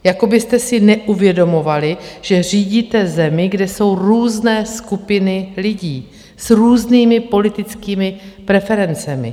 Jako byste si neuvědomovali, že řídíte zemi, kde jsou různé skupiny lidí s různými politickými preferencemi.